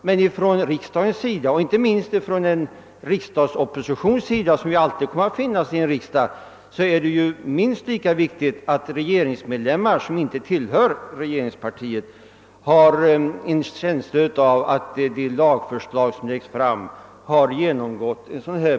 Men för riksdagen — inte minst för den opposition som alltid kommer att finnas i en riksdag — är det minst lika viktigt att ledamöter som inte tillhör regeringspartiet har en känsla av att framlagda lagförslag genomgått en sådan procedur.